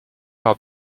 par